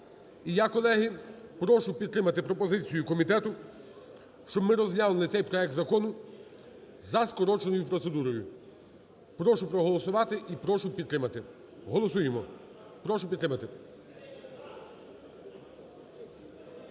І я, колеги, прошу підтримати пропозицію комітету, щоб ми розглянули цей проект закону за скороченою процедурою. Прошу проголосувати і прошу підтримати. Голосуємо. Прошу підтримати.